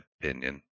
opinion